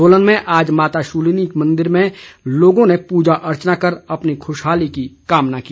सोलन में आज माता शूलिनी के मंदिर में लोगों ने पूजा अर्चना कर अपनी खुशहाली की कामना की